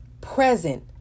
present